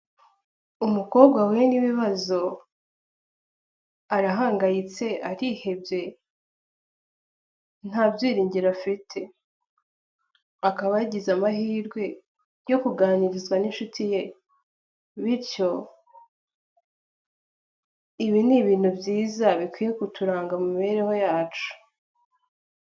Umukobwa wahuye n'ibibazo, arahangayitse arihebye nta byiringiro afite, akaba yagize amahirwe yo kuganirizwa n'inshuti ye, bityo ibi ni ibintu byiza bikwiye kuturanga mu mibereho yacu.